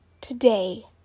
today